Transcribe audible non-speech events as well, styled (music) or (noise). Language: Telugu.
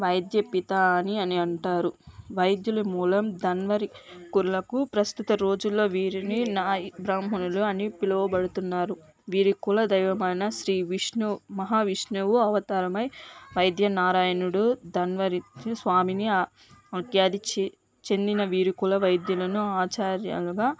వైద్య పిత అని అని అంటారు వైద్యుల మూలం ధన్వరి కులకు ప్రస్తుత రోజుల వీరిని నాయి బ్రాహ్మణులు అని పిలవబడుతున్నారు వీరు కుల దైవం అయిన శ్రీ విష్ణువు మహా విష్ణు అవతారమై వైద్య నారాయణుడు ధన్వరి (unintelligible) స్వామిని ప్రఖ్యాతి చీ చెందిన వీరి కుల వైద్యులను ఆచార్యులుగా